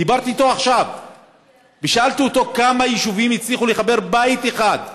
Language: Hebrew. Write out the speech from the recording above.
דיברתי איתו עכשיו ושאלתי אותו כמה יישובים הצליחו לחבר בית אחד,